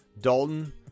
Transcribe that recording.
Dalton